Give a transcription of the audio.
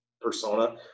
persona